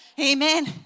amen